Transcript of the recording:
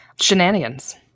Shenanigans